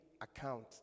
account